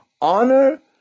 honor